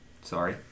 Sorry